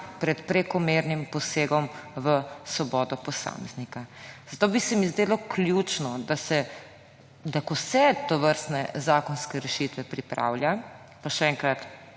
pred prekomernim posegom v svobodo posameznika. Zato bi se mi zdelo ključno, ko se tovrstne zakonske rešitve pripravljajo, pa še enkrat,